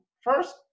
first